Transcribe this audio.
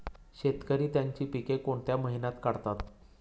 शेतकरी त्यांची पीके कोणत्या महिन्यात काढतात?